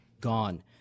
gone